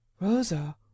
rosa